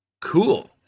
cool